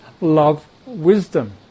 love-wisdom